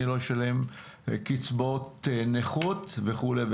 אני לא אשלם קצבאות נכות וכולי.